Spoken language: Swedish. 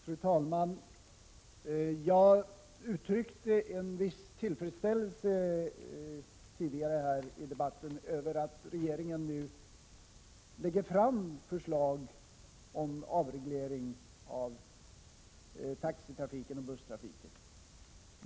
Fru talman! Jag uttryckte tidigare i debatten en viss tillfredsställelse över att regeringen nu lägger fram förslag om avreglering av taxioch busstrafiken.